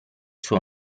suo